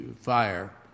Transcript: fire